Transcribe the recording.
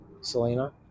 Selena